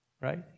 right